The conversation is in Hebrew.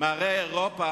מערי אירופה,